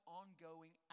ongoing